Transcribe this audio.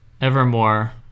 evermore